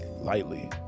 lightly